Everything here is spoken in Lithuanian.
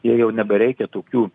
jai jau nebereikia tokių